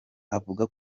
avuga